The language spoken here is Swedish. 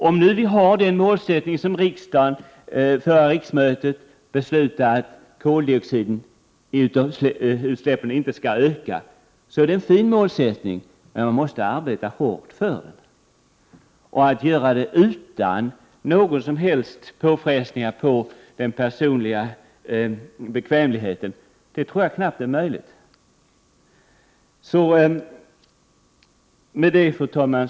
Om vi nu har det mål som riksdagen vid förra riksmötet beslutade om, nämligen att koldioxidutsläppen inte skall öka, är det ett fint mål som man måste arbeta hårt för. Att göra det utan någon som helst påfrestning på den personliga bekvämligheten tror jag knappt är möjligt. Fru talman!